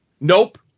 nope